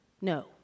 no